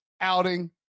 outing